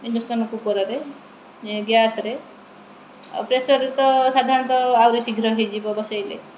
induction କୁକର୍ରେ ଗ୍ୟାସରେ ଆଉ ପ୍ରେସର୍ ତ ସାଧାରଣତଃ ଆହୁରି ଶୀଘ୍ର ହୋଇଯିବ ବସାଇଲେ